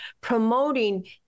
promoting